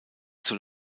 zur